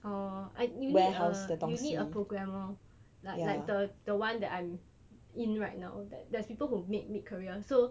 orh I you need a programmer like the the one that I'm in right now there's people who mid mid career